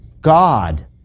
god